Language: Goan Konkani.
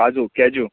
काजू कॅज्यू